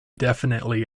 definitely